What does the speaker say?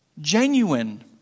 genuine